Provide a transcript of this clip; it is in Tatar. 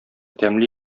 тәмле